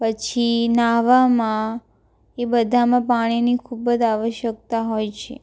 પછી નાહવામાં એ બધામાં પાણીની ખૂબ જ આવશ્યકતા હોય છે